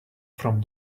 from